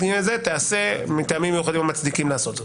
ואלה תיעשה מטעמים מיוחדים המצדיקים לעשות זאת".